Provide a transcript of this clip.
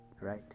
Right